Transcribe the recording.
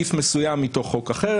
סעיף מסוים מתוך חוק אחר,